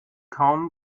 kaum